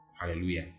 Hallelujah